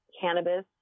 cannabis